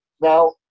Now